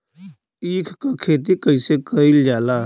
ईख क खेती कइसे कइल जाला?